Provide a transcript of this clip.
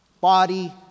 body